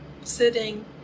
sitting